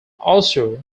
also